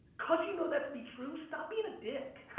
cause you know that to be true, stop being a dick.